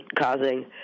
causing